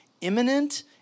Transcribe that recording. imminent